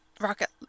rocket